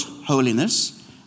holiness